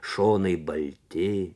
šonai balti